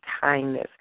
kindness